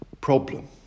problem